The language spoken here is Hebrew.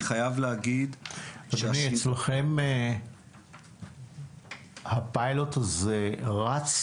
אצלכם הפיילוט הזה רץ?